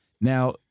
Now